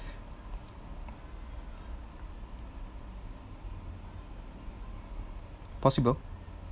possible